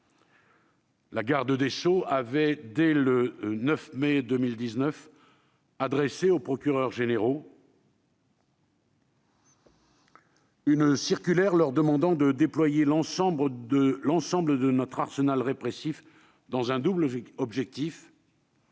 La garde des sceaux avait, dès le 9 mai 2019, adressé aux procureurs généraux une circulaire leur demandant de déployer l'ensemble de l'ensemble de notre arsenal répressif, dans un double objectif